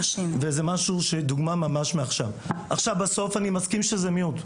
בסוף אני מסכים שזה מיעוט.